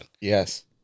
Yes